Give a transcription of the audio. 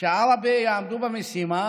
שבעראבה יעמדו במשימה